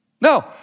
No